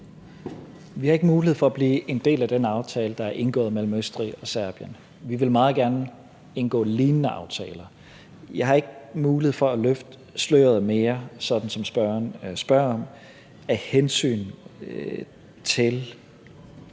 Vi har ikke mulighed for at blive en del af den aftale, der er indgået mellem Østrig og Serbien. Vi vil meget gerne indgå lignende aftaler. Jeg har ikke mulighed for at løfte sløret mere, sådan som